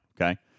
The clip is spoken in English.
okay